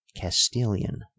Castilian